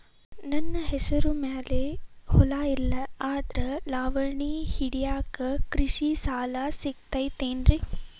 ನನ್ನ ಹೆಸರು ಮ್ಯಾಲೆ ಹೊಲಾ ಇಲ್ಲ ಆದ್ರ ಲಾವಣಿ ಹಿಡಿಯಾಕ್ ಕೃಷಿ ಸಾಲಾ ಸಿಗತೈತಿ ಏನ್ರಿ?